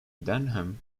denham